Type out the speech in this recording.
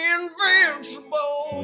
Invincible